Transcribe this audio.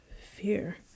fear